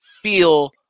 feel